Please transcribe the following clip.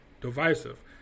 divisive